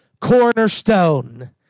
cornerstone